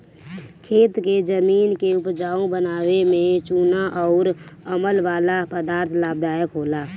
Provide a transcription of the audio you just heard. खेत के जमीन के उपजाऊ बनावे में चूना अउर अमल वाला पदार्थ लाभदायक होला